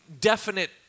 definite